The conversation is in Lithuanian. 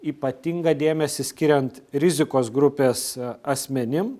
ypatingą dėmesį skiriant rizikos grupės asmenim